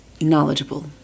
knowledgeable